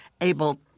able